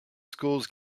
schools